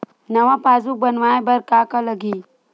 नवा पासबुक बनवाय बर का का लगही?